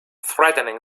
threatening